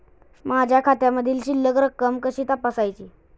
माझ्या खात्यामधील शिल्लक रक्कम कशी तपासायची?